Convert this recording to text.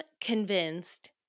convinced